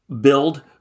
build